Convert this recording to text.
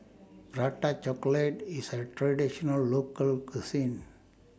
Prata Chocolate IS A Traditional Local Cuisine